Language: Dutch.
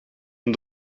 een